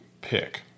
pick